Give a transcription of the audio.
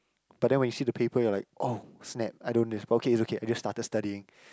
but then when you see the paper you are like oh snap I don't know this okay it's okay I just started studying